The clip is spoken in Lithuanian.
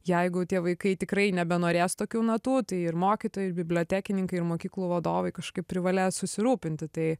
jeigu tie vaikai tikrai nebenorės tokių natų tai ir mokytojai ir bibliotekininkai ir mokyklų vadovai kažkaip privalės susirūpinti tai